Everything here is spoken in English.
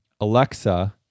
Alexa